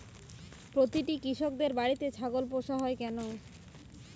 প্রতিটি কৃষকদের বাড়িতে ছাগল পোষা হয় কেন?